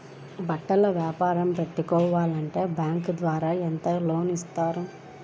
బట్టలు వ్యాపారం పెట్టుకోవాలి అంటే బ్యాంకు ద్వారా ఎంత లోన్ ఇస్తారు?